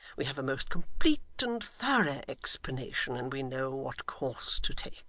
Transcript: we have a most complete and thorough explanation, and we know what course to take